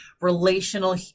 relational